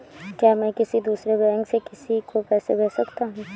क्या मैं किसी दूसरे बैंक से किसी को पैसे भेज सकता हूँ?